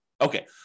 Okay